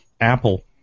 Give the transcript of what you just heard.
Apple